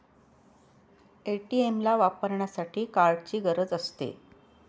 ATM ला वापरण्यासाठी कार्डची गरज असते